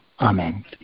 Amen